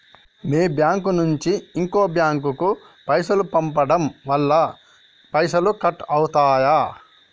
మీ bank నుంచి ఇంకో bank కు పైసలు పంపడం వల్ల పైసలు కట్ అవుతయా?